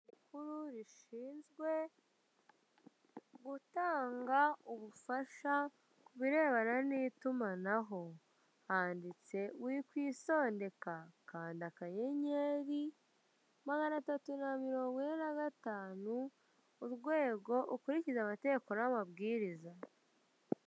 Rikuru rishinzwe gutanga ubufasha ku birebana n'itumanaho. Handitse "Wikwisondeka". Kanda akanyenyeri, magana atatu na mirongo ine na gatanu, urwego, ukurikize amategeko n'amabwiriza.